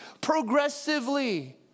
progressively